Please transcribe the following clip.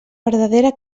verdadera